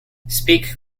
speak